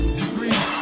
degrees